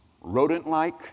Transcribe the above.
rodent-like